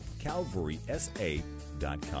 calvarysa.com